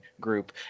group